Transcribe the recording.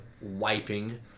wiping